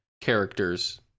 characters